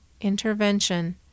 intervention